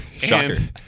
Shocker